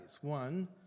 One